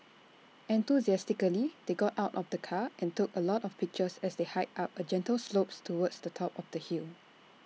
enthusiastically they got out of the car and took A lot of pictures as they hiked up A gentle slope towards the top of the hill